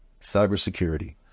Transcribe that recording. Cybersecurity